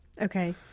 Okay